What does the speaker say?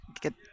get